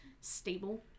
stable